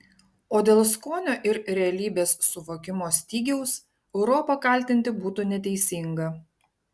o dėl skonio ir realybės suvokimo stygiaus europą kaltinti būtų neteisinga